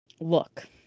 Look